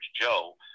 Joe